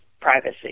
privacy